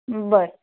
बरं